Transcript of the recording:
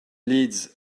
leads